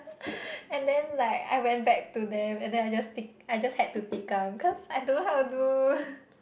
and then like I went back to them and then I just tik~ I just had to tikam cause I don't know how to do